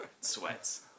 Sweats